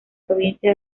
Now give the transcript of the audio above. provincia